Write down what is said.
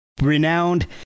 renowned